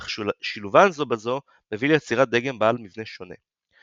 אך שילובן זו בזו מביא ליצירת דגם בעל מבנה שונה.